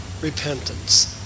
repentance